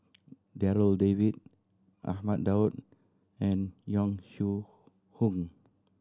Darryl David Ahmad Daud and Yong Shu Hoong